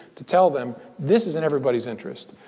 to tell them, this is in everybody's interest.